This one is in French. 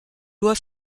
loi